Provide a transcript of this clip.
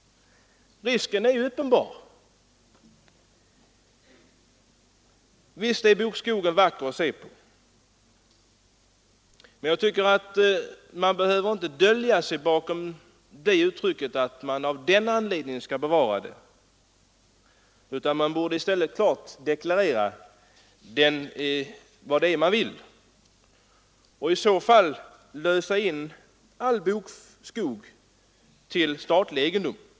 Risken är uppenbar. Visst är bokskogen vacker att se på. Men jag tycker att man inte behöver dölja sig bakom uttrycket att man av den anledningen skall bevara bokskogen. Man borde i stället klart deklarera vad det är man vill och i så fall lösa in all bokskog till statlig egendom.